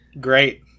great